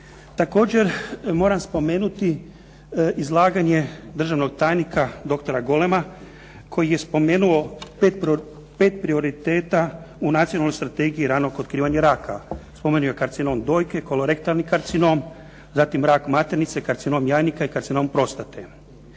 Također moram spomenuti izlaganje državnog tajnika, doktora Golema, koji je spomenuo 5 prioriteta u nacionalnoj strategiji ranog otkrivanja raka. Spomenuo je karcinom dojke, kolorektalni karcinom zatim rak maternice, karcinom jajnika i karcinom prostate.